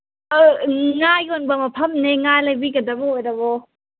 ꯉꯥ ꯌꯣꯟꯕ ꯃꯐꯝꯅꯦ ꯃꯐꯝꯅꯦ ꯉꯥ ꯂꯩꯕꯤꯒꯗꯕ ꯑꯣꯏꯔꯕꯣ